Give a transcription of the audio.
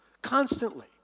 constantly